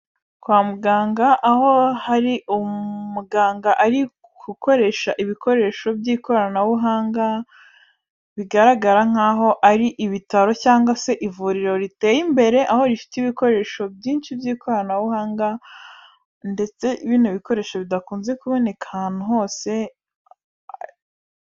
Kwa muganga aho hari umuganga ari gukoresha ibikoresho by'ikoranabuhanga, bigaragara nkaho ari ibitaro cyangwa se ivuriro riteye imbere, aho rifite ibikoresho byinshi by'ikoranabuhanga ndetse bino bikoresho bidakunze kuboneka ahantu hose.